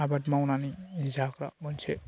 आबाद मावनानै जाग्रा मोनसे